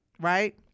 Right